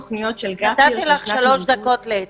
נתתי לך שלוש דקות להתייחס.